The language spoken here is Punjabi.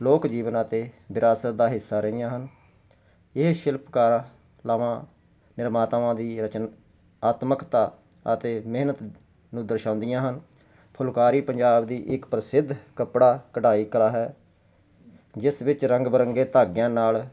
ਲੋਕ ਜੀਵਨ ਅਤੇ ਵਿਰਾਸਤ ਦਾ ਹਿੱਸਾ ਰਹੀਆਂ ਹਨ ਇਹ ਸ਼ਿਲਪਕਾਰ ਲਵਾਂ ਨਿਰਮਾਤਾਵਾਂ ਦੀ ਰਚਨਾਤਮਕਤਾ ਅਤੇ ਮਿਹਨਤ ਨੂੰ ਦਰਸਾਉਂਦੀਆਂ ਹਨ ਫੁਲਕਾਰੀ ਪੰਜਾਬ ਦੀ ਇੱਕ ਪ੍ਰਸਿੱਧ ਕੱਪੜਾ ਕਢਾਈ ਕਲਾ ਹੈ ਜਿਸ ਵਿੱਚ ਰੰਗ ਬਿਰੰਗੇ ਧਾਗਿਆਂ ਨਾਲ